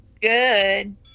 Good